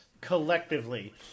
collectively